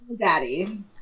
daddy